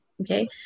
okay